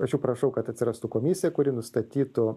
aš jau prašau kad atsirastų komisija kuri nustatytų